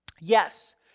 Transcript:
Yes